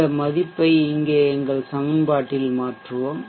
இந்த மதிப்பை இங்கே எங்கள் சமன்பாட்டில் மாற்றுவோம்